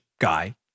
guy